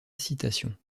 citation